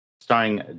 starring